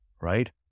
Right